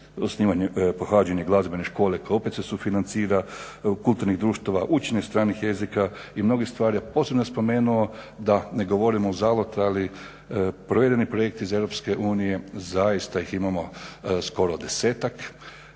recimo pohađanje glazbene škole koja opet se sufinancira, kulturnih društava, učenje stranih jezika i mnogih stvari. A posebno bih spomenuo da ne govorimo uzalud ali provjereni projekti iz EU zaista ih imamo skoro 10-ak